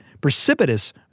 precipitous